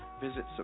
Visit